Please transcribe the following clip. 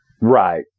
Right